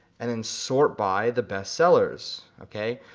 and then sort by the bestsellers, okay.